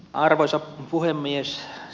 arvoisa puhemies